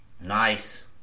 nice